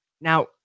Now